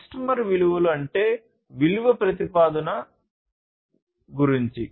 customer విలువలు అంటే విలువ ప్రతిపాదన గురించి